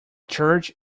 church